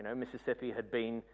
mississippi had been,